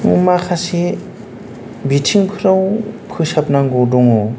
माखासे बिथिंफ्राव फोसाबनांगौ दङ